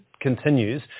continues